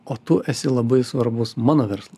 o tu esi labai svarbus mano verslui